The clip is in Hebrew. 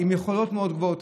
עם יכולות מאוד גבוהות.